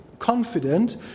confident